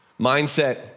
Mindset